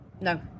No